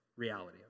reality